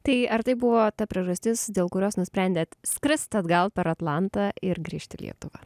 tai ar tai buvo ta priežastis dėl kurios nusprendėt skristi atgal per atlantą ir grįžti į lietuvą